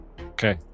okay